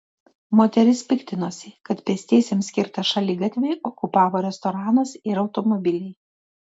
moteris piktinosi kad pėstiesiems skirtą šaligatvį okupavo restoranas ir automobiliai